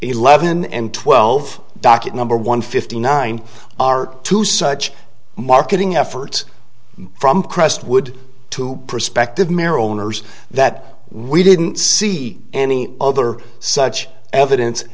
eleven and twelve docket number one fifty nine are to such marketing efforts from crestwood to prospective marrow donors that we didn't see any other such evidence